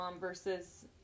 versus